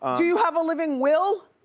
do you have a living will?